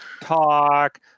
talk